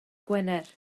gwener